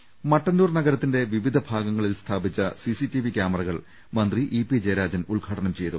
്്്്്് മട്ടന്നൂർ നഗരത്തിന്റെ വിവിധ ഭാഗങ്ങളിൽ സ്ഥാപിച്ച സി സി ടി വി ക്യാമറകൾ മന്ത്രി ഇ പി ജയരാജൻ ഉദ്ഘാടനം ചെയ്തു